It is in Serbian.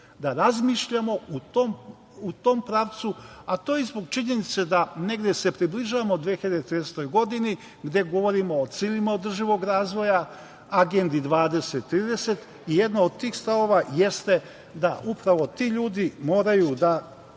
da razmišljamo u tom pravcu a to je zbog činjenice da negde se približavamo 2030. godini gde govorimo o ciljevima održivog razvoja, Agendi 2030 i jedna od tih stavova jeste da upravo ti moraju da